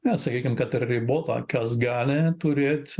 nesakykim kad ir ribota kas gali turėt